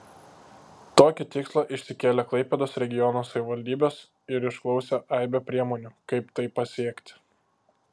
tokį tikslą išsikėlė klaipėdos regiono savivaldybės ir išklausė aibę priemonių kaip tai pasiekti